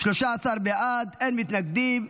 13 בעד, אין מתנגדים.